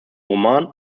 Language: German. roman